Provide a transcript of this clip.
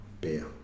beer